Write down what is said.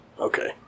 okay